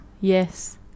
Yes